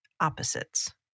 opposites